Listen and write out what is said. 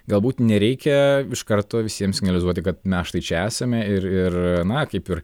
galbūt nereikia iš karto visiems signalizuoti kad mes štai čia esame ir ir na kaip ir